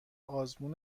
آزمون